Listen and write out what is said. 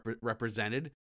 represented